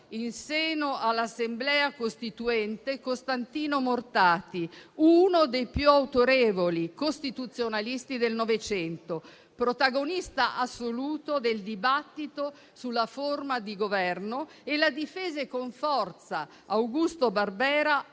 in seno all'Assemblea costituente Costantino Mortati, uno dei più autorevoli costituzionalisti del Novecento, protagonista assoluto del dibattito sulla forma di governo, e la difese con forza Augusto Barbera,